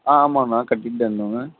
ஆ ஆமாங்கண்ணா